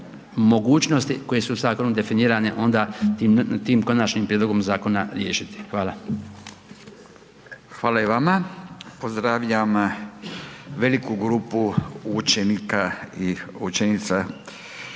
koje su zakonom definirane onda tim konačnim prijedlogom zakona riješiti. Hvala. **Radin, Furio (Nezavisni)** Hvala i vama. Pozdravljam veliku grupu učenika i učenica